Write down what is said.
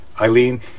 Eileen